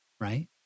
Right